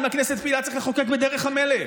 אם הכנסת פעילה, צריך לחוקק בדרך המלך.